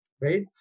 right